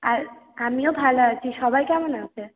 আর আমিও ভালো আছি সবাই কেমন আছে